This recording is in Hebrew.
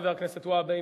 חבר הכנסת והבה,